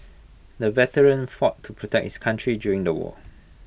the veteran fought to protect his country during the war